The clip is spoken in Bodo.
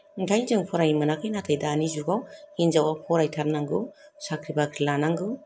ओंखायनो जों फरायनो मोनाखै नाथाय दानि जुगाव हिनजावा फरायथारनांगौ साख्रि बाख्रि लानांगौ